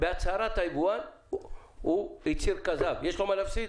בהצהרת היבואן כזב, יש לו מה להפסיד?